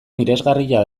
miresgarria